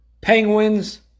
Penguins